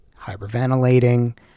hyperventilating